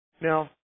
Now